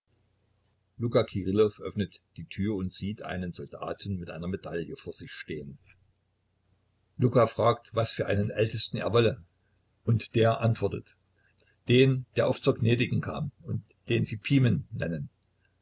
kirillow öffnet die tür und sieht einen soldaten mit einer medaille vor sich stehen luka fragt was für einen ältesten er wolle und der antwortet den der oft zur gnädigen kam und den sie pimen nennen